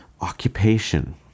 occupation